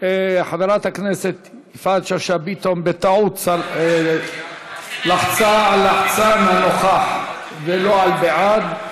הכנסת שאשא ביטון בטעות לחצה על לחצן הנוכח ולא על בעד.